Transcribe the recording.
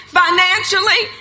financially